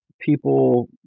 people